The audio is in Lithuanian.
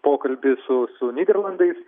pokalbį su su nyderlandais